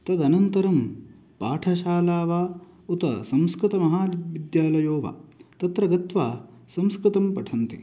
तद् अनन्तरं पाठशाला वा उत संस्कृतमहाविद्यालयो वा तत्र गत्वा संस्कृतं पठन्ति